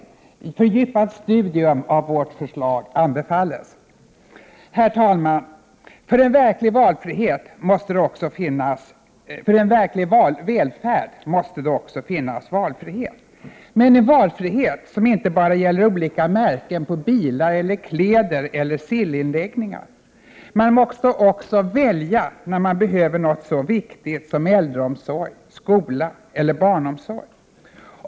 Ett fördjupat studium av vårt förslag anbefalles. För en verklig välfärd måste det också finnas valfrihet, men en valfrihet som inte bara gäller olika märken på bilar eller kläder eller sillinläggningar. Man måste också kunna välja när man behöver något så viktigt som äldreomsorg, skola eller barnomsorg.